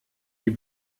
die